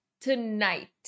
tonight